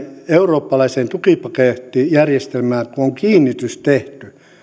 eurooppalaiseen tukipakettijärjestelmään kun on kiinnitys tehty